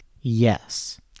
Yes